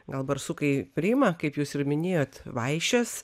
gal barsukai priima kaip jūs ir minėjot vaišes